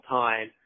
time